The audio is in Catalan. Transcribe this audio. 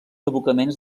abocaments